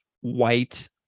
white